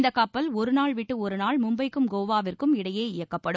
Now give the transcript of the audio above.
இந்த கப்பல் ஒருநாள் விட்டு ஒருநாள் மும்பைக்கும் கோவாவிற்கும் இடையே இயக்கப்படும்